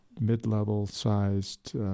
mid-level-sized